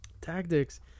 tactics